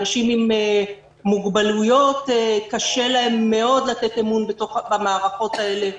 אנשים עם מוגבלויות קשה להם מאוד לתת אמון במערכות האלה.